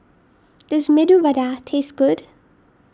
does Medu Vada taste good